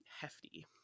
hefty